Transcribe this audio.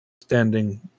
standing